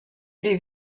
les